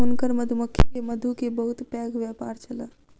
हुनकर मधुमक्खी के मधु के बहुत पैघ व्यापार छल